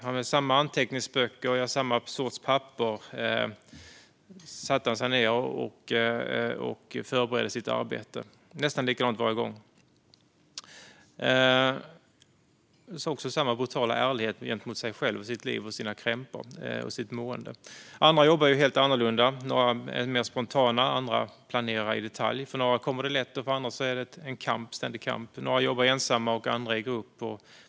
Med samma sorts anteckningsbok och samma sorts papper satte han sig ned och förberedde sitt arbete nästan likadant varje gång. Han visade också samma brutala ärlighet mot sig själv och sitt liv, sina krämpor och sitt mående. Andra jobbar helt annorlunda. Några är mer spontana, och andra planerar i detalj. För några kommer det lätt, och för andra är det en ständig kamp. Några jobbar ensamma, andra i grupp.